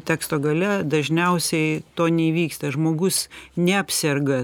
teksto gale dažniausiai to neįvyksta žmogus neapserga